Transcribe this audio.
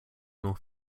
nor